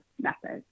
methods